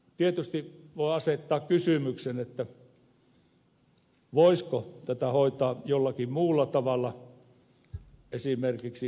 tietysti voi asettaa kysymyksen voisiko tätä hoitaa jollakin muulla tavalla esimerkiksi riistanhoitopiirit